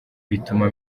bituma